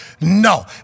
No